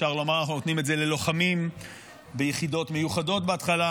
אפשר לומר שאנחנו נותנים את זה ללוחמים ביחידות מיוחדות בהתחלה.